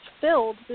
filled